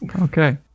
Okay